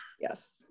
Yes